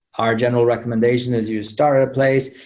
our general recommendation is you start at a place,